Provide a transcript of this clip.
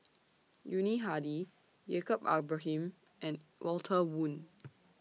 Yuni Hadi Yaacob Ibrahim and Walter Woon